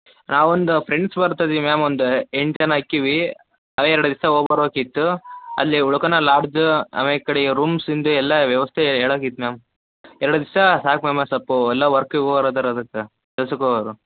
ನಾವೊಂದು ಫ್ರೆಂಡ್ಸ್ ಬರ್ತಾ ಇದ್ದೀವಿ ಮ್ಯಾಮ್ ಒಂದು ಎಂಟು ಜನ ಆಕ್ಕೀವಿ ಅದೇ ಎರಡು ದಿವಸ ಹೋಗ್ಬರ್ಬೇಕಿತ್ತು ಅಲ್ಲಿ ಉಳ್ಕನೋ ಲಾಡ್ಜ ಆಮೇಕ ಕಡಿಗ ರೂಮ್ಸ್ಯಿಂದ ಎಲ್ಲ ವ್ಯವಸ್ಥೆ ಹೇಳಾಕಿತ್ ಮ್ಯಾಮ್ ಎರಡು ದಿವಸ ಸಾಕು ಮ್ಯಾಮ್ ಸ್ವಲ್ಪ ಎಲ್ಲ ವರ್ಕಿಗೆ ಹೋಗೋರದಾರ ಅದಕ್ಕೆ ಕೆಲಸಕ್ಕೆ ಹೋಗೋರು